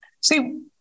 See